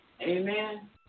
Amen